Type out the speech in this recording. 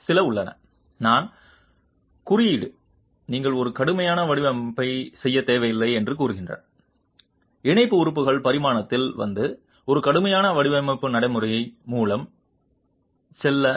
சில உள்ளன நான் குறியீடு நீங்கள் ஒரு கடுமையான வடிவமைப்பு செய்ய தேவையில்லை என்று கூறினார் இணைப்பு உறுப்புகள் பரிமாணத்தில் வந்து ஒரு கடுமையான வடிவமைப்பு நடைமுறை மூலம் செல்ல